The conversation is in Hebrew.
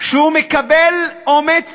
שהוא מקבל אומץ